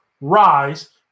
Rise